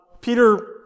Peter